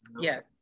Yes